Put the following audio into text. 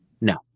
No